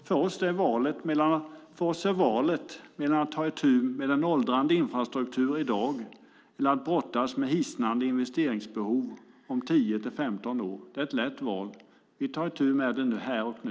För oss är valet mellan att ta itu med en åldrande infrastruktur i dag eller att brottas med hisnande investeringsbehov om 10-15 år lätt. Vi tar itu med det här och nu.